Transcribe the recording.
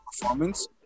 performance